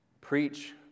preach